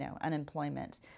unemployment